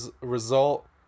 result